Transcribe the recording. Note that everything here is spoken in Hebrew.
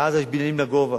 בעזה יש בניינים לגובה,